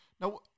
now